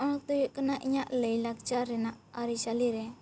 ᱚᱱᱛᱮ ᱦᱩᱭᱩᱜ ᱠᱟᱱᱟ ᱤᱧᱟᱹᱜ ᱞᱟᱹᱭ ᱞᱟᱠᱪᱟᱨ ᱨᱮᱱᱟᱜ ᱟᱹᱨᱤ ᱪᱟᱹᱞᱤ ᱨᱮ